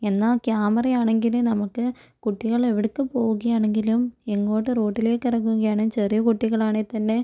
എന്നാ ക്യാമറയാണെങ്കിൽ നമുക്ക് കുട്ടികൾ എവിടേക്ക് പോകുകയാണെങ്കിലും എങ്ങോട്ട് റോഡിലേക്ക് ഇറങ്ങുകയാണ് ചെറിയ കുട്ടികളാണേ തന്നെ